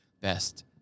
best